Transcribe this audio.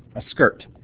a skirt.